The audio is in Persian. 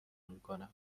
میکنم